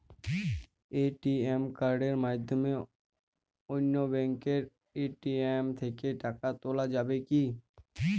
ATM কার্ডের মাধ্যমে অন্য ব্যাঙ্কের এ.টি.এম থেকে টাকা তোলা যাবে কি?